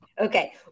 Okay